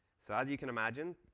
so as you can imagine,